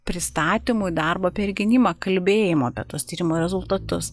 pristatymui darbo per gynimą kalbėjimo apie tuos tyrimo rezultatus